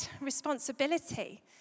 responsibility